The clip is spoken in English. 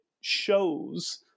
shows